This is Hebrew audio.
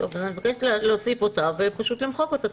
אני מבקשת להוסיף אותה ופשוט למחוק אותה,